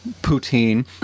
poutine